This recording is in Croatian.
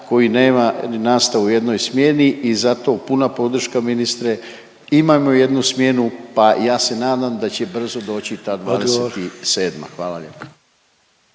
koji nema nastavu u jednoj smjeni i zato puna podrška ministra, imajmo jednu smjenu, pa ja se nadam da će brzo doći ta '27., hvala vam lijepa.